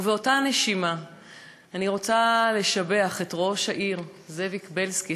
ובאותה נשימה אני רוצה לשבח את ראש העיר זאביק בילסקי,